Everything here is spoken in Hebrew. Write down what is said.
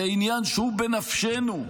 זה עניין שהוא בנפשנו,